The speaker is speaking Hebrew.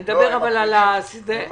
אני מדבר על סדרי הגודל.